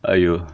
!aiyo!